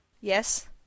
Yes